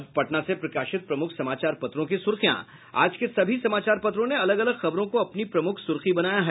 अब पटना से प्रकाशित प्रमुख समाचार पत्रों की सुर्खियां आज के सभी समाचार पत्रों ने अलग अलग खबरों को अपनी प्रमुख सुर्खी बनाया है